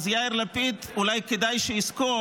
אז יאיר לפיד אולי כדאי שיזכור